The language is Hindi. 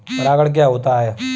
परागण क्या होता है?